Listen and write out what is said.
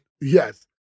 Yes